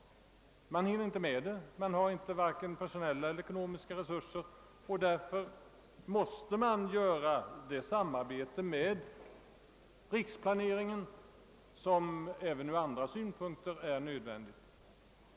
Man hinner inte med detta. Man har varken personella eller ekonomiska resurser härför, och av denna anledning måste man bedriva det samarbete med riksplaneringen som även ur andra synpunkter är nödvändigt.